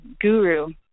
guru